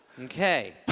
Okay